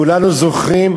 כולנו זוכרים,